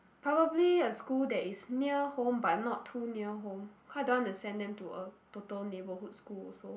probably a school that is near home but not too near home cause I don't want to send them to a total neighbourhood school also